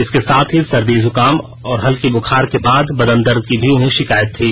इसके साथ ही सर्दी जुकाम और हल्की बुखार के साथ बदन दर्द की भी उन्हें शिकायत थी